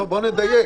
בואי נדייק.